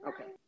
Okay